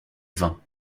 vins